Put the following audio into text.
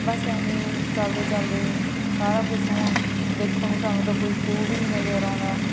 ਬਸ ਇਵੇਂ ਚੱਲਦੇ ਚੱਲਦੇ ਸਾਰਾ ਕੁਛ ਹੁਣ ਦੇਖਣ ਨੂੰ ਸਾਨੂੰ ਤਾਂ ਕੋਈ ਖੂਹ ਵੀ ਨਹੀਂ ਨਜ਼ਰ ਆਉਂਦਾ